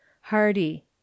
Hardy